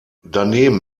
daneben